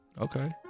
Okay